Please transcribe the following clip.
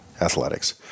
athletics